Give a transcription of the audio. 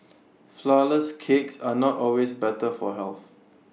Flourless Cakes are not always better for health